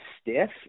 stiff